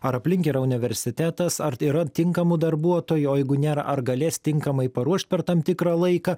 ar aplink yra universitetas ar tai yra tinkamų darbuotojų o jeigu nėra ar galės tinkamai paruošti per tam tikrą laiką